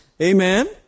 Amen